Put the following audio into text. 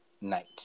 Night